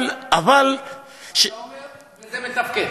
ואתה אומר שזה מתפקד.